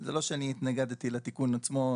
זה לא שאני התנגדתי לתיקון עצמו.